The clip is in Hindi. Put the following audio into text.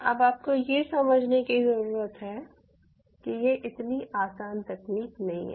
अब आपको ये समझने की ज़रूरत है कि यह इतनी आसान तकनीक नहीं है